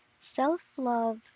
Self-love